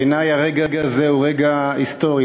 בעיני הרגע הזה הוא רגע היסטורי,